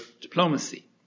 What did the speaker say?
diplomacy